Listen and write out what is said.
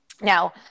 now